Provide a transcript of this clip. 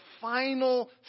final